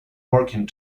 working